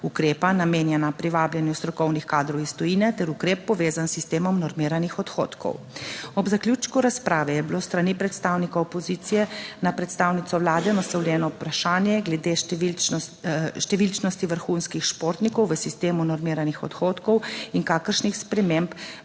ukrepa namenjena privabljanju strokovnih kadrov iz tujine ter ukrep povezan s sistemom normiranih odhodkov. Ob zaključku razprave je bilo s strani predstavnikov opozicije na predstavnico Vlade naslovljeno vprašanje glede številčnosti vrhunskih športnikov v sistemu normiranih odhodkov in kakšnih sprememb